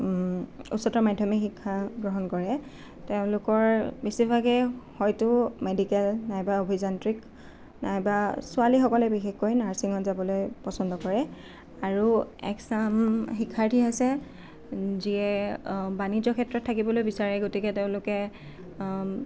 উচ্চতৰ মাধ্যমিক শিক্ষা গ্ৰহণ কৰে তেওঁলোকৰ বেছিভাগেই হয়তো মেডিকেল নাইবা অভিযান্ত্ৰিক নাইবা ছোৱালীসকলে বিশেষকৈ নাৰ্ছিঙত যাবলৈ পচন্দ কৰে আৰু এচাম শিক্ষাৰ্থী আছে যিয়ে বাণিজ্য ক্ষেত্ৰত থাকিবলৈ বিচাৰে গতিকে তেওঁলোকে